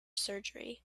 surgery